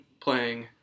playing